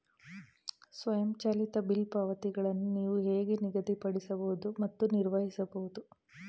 ಸ್ವಯಂಚಾಲಿತ ಬಿಲ್ ಪಾವತಿಗಳನ್ನು ನೀವು ಹೇಗೆ ನಿಗದಿಪಡಿಸಬಹುದು ಮತ್ತು ನಿರ್ವಹಿಸಬಹುದು?